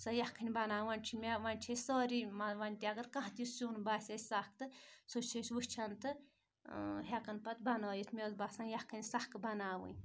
سۄ یَکھٕنۍ بَناوان چھِ مےٚ وۄنۍ چھِ أسۍ سٲری وۄنۍ تہِ اگر کانٛہہ تہِ سیُن باسہِ اَسہِ سخ تہٕ سُہ چھِ أسۍ وٕچھان تہٕ ہیٚکان پَتہٕ بَنٲوِتھ مےٚ ٲس باسان یَکھٕنۍ سخ بَناوٕنۍ